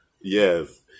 Yes